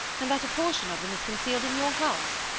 and that a portion of them is concealed in your house.